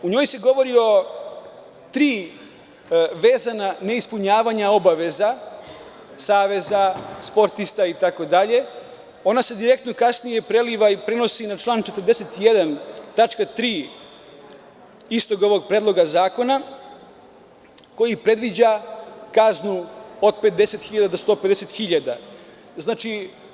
U njoj se govori o tri vezana neispunjavanja obaveza Saveza, sportista itd, ona se direktno kasnije preliva i prenosi na član 41. tačka 3) istog ovog predloga zakona koji predviđa kaznu od 50.000 do 150.000 dinara.